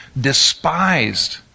despised